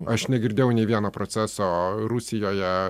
aš negirdėjau nė vieno proceso rusijoje